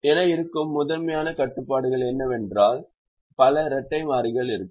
என இருக்கும் முதன்மையான கட்டுப்பாடுகள் என்னவென்றால் பல இரட்டை மாறிகள் ஆகும்